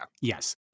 yes